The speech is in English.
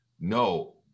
No